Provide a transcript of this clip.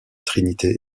trinité